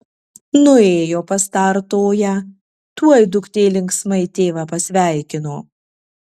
nuėjo pas tą artoją tuoj duktė linksmai tėvą pasveikino